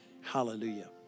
Hallelujah